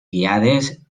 guiades